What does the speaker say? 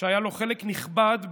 שהיה לו חלק נכבד בפעולה,